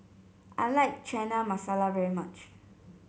I like Chana Masala very much